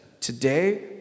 today